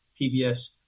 PBS